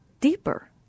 deeper